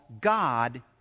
God